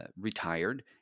retired